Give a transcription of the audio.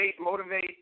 motivate